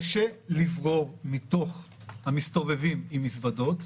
קשה לברור מתוך המסתובבים עם מזוודות